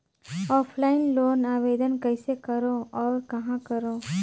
Offline loan आवेदन कइसे करो और कहाँ करो?